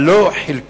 אבל לא חלקית?